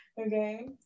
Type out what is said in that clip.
okay